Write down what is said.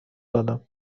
دادم